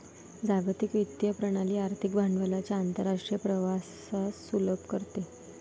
जागतिक वित्तीय प्रणाली आर्थिक भांडवलाच्या आंतरराष्ट्रीय प्रवाहास सुलभ करते